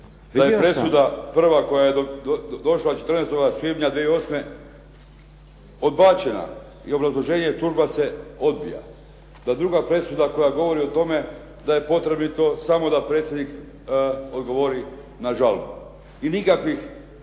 da je presuda prva koje je došla 14. svibnja 2008. odbačena i obrazloženje je tužba se odbija. Da druga presuda koja govori o tome da je potrebito samo da predsjednik odgovori na žalbu i nikakvih